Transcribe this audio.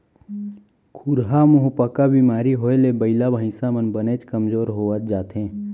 खुरहा मुहंपका बेमारी होए ले बइला भईंसा मन बनेच कमजोर होवत जाथें